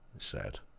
he said.